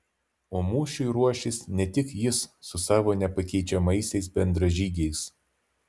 o mūšiui ruošis ne tik jis su savo nepakeičiamaisiais bendražygiais